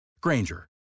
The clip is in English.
granger